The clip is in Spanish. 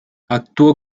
actuó